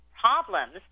problems